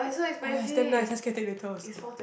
oh ya is damn nice let's get it later also